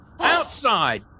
Outside